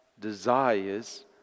desires